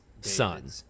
Son